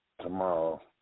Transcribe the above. Tomorrow